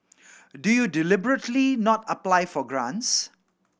do you deliberately not apply for grants